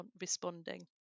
responding